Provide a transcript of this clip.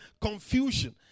confusion